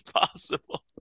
impossible